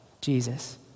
Jesus